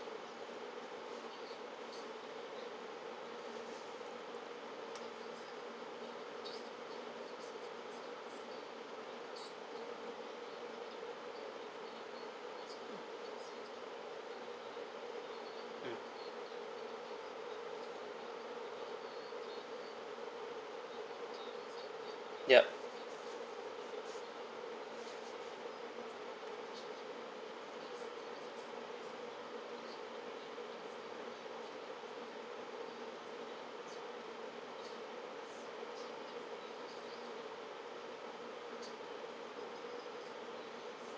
mm ya